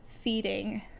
feeding